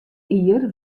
jier